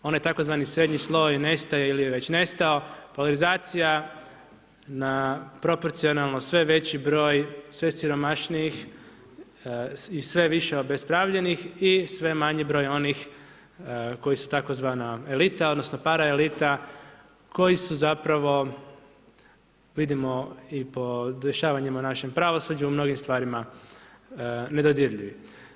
Onaj tzv. srednji sloj nestaje ili je već nestao, polarizacija na proporcionalno sve veći broj sve siromašnijih i sve više obespravljenih i sve manje broja onih koji su tzv. elita odnosno paraelita koji su zapravo vidimo i po dešavanjima u našem pravosuđu, u mnogim stvarima nedodirljivi.